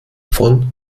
vom